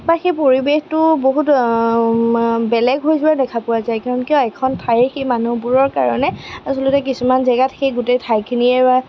বা সেই পৰিৱেশটো বহুত বেলেগ হৈ যোৱা দেখা পোৱা যায় কাৰণ কিয় এখন ঠাই সেই মানুহবোৰৰ কাৰণে আচলতে কিছুমান জেগাত সেই গোটেই ঠাইখিনিয়ে বা